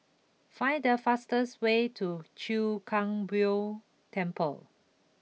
find the fastest way to Chwee Kang Beo Temple